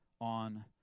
on